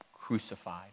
crucified